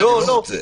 את זה אני לא רוצה.